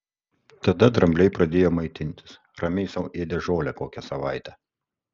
tada drambliai pradėjo maitintis ramiai sau ėdė žolę kokią savaitę